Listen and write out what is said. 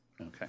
Okay